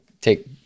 take